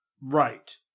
Right